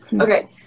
Okay